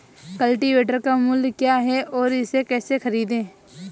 Cultivator का मूल्य क्या है और इसे कैसे खरीदें?